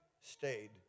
stayed